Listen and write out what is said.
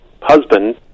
husband